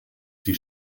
die